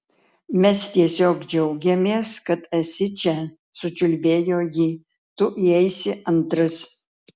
mes tiesiog džiaugiamės kad esi čia sučiulbėjo ji tu įeisi antras